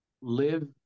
live